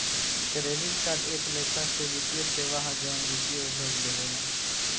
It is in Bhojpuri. क्रेडिट कार्ड एक लेखा से वित्तीय सेवा ह जवन वित्तीय उद्योग देवेला